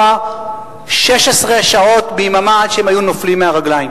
16 שעות ביממה עד שהם היו נופלים מהרגליים,